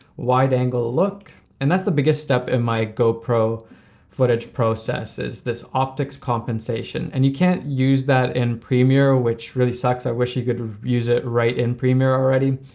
wide-angle look. and that's the biggest step in my go pro footage process is this optics compensation. and you can't use that in premier, which really sucks. i wish you could use it right in premier already.